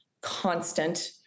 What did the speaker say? constant